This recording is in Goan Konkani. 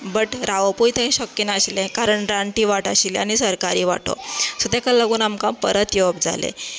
बट रावपय थंय शक्य नासलें कारण रानटी वाट आशिल्ली आनी सरकारी वाटो सो तेका लागून आमकां परत येवप जालें